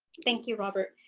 thank you, robert.